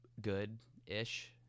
good-ish